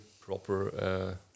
proper